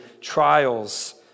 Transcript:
trials